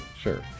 Sure